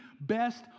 best